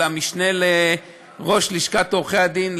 המשנה לראש לשכת עורכי-הדין,